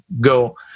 go